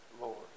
Lord